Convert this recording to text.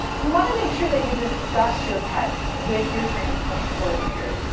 we wanna make sure that you discuss your pets with your transplant coordinator.